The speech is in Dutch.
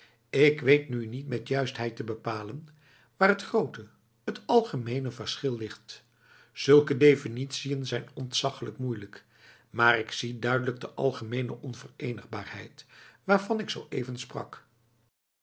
ik weet nu niet met juistheid te bepalen waar het grote het algemene verschil ligt zulke definitiën zijn ontzaglijk moeilijk maar ik zie duidelijk de algemene onverenigbaarheid waarvan ik zoëven sprak